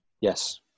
Yes